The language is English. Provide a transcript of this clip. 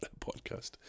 podcast